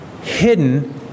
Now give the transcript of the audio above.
hidden